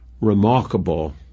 remarkable